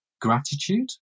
gratitude